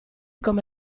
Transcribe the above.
come